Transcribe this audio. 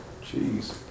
jeez